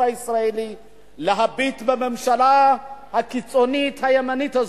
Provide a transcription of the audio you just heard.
הישראלי להביט בממשלה הקיצונית הימנית הזאת,